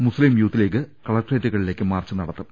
മുസ്തീം യൂത്ത് ലീഗ് കലക്ട്രേറ്റുകളിലേക്ക് മാർച്ച് നടത്തും